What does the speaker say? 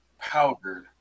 powdered